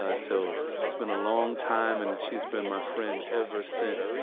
ah so it's been a long time. and she's been my friend ever since,